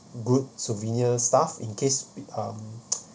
good souvenir stuff in case um